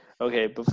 Okay